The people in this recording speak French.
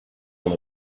dans